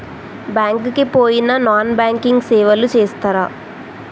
Bank కి పోయిన non banking సేవలు చేస్తరా?